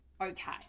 okay